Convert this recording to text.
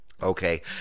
okay